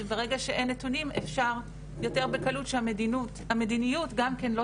וברגע שאין נתונים אפשר יותר בקלות שהמדיניות גם כן לא